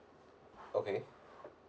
okay